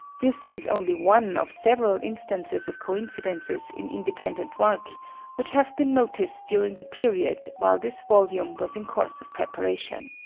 this is only one of several instances of coincidences in independent work which have been noticed during the period while this volume was in course of preparation.